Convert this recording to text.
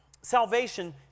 salvation